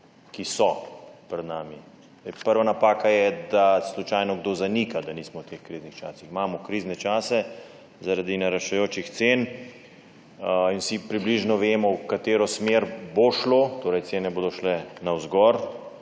ki so pred nami. Prva napaka je, da slučajno kdo zanika, da smo v teh kriznih časih. Imamo krizne čase zaradi naraščajočih cen in vsi približno vemo, v katero smer bo šlo, torej cene bodo šle navzgor,